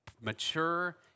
mature